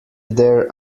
there